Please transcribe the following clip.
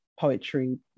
poetry